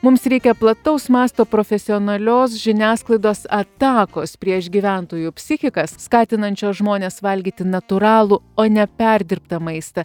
mums reikia plataus masto profesionalios žiniasklaidos atakos prieš gyventojų psichikas skatinančios žmones valgyti natūralų o neperdirbtą maistą